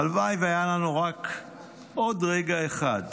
הלוואי והיה לנו רק עוד רגע אחד,